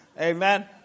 Amen